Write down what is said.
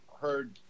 heard